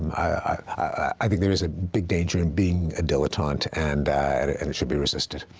i i think there is a big danger in being a dilettante, and and it should be resisted.